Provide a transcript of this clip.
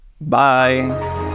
Bye